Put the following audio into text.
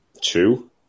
Two